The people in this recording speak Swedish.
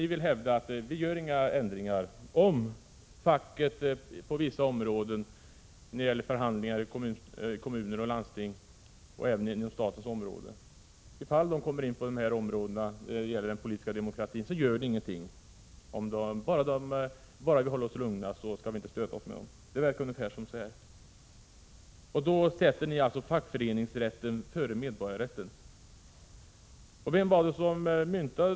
Ni vill hävda att det inte blir någon förändring om facket t.ex. när det gäller förhandlingar inom kommun och även på den statliga sektorn kommer in på den politiska demokratin. Bara de håller sig lugna skall vi inte stöta oss med dem, tycks ni mena. Därmed sätter ni fackföreningsrätten före medborgarrätten.